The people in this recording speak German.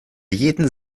jeden